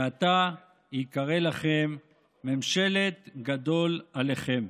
מעתה ייקרא לכם "ממשלת גדול עליכם".